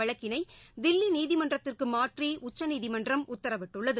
வழக்கினை தில்லி நீதிமன்றத்திறகு மாற்றி உச்சநீதிமன்றம் உத்தரவிட்டுள்ளது